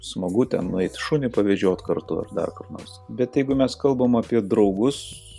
smagu ten nueit šunį pavedžiot kartu ar ne kur nors bet jeigu mes kalbam apie draugus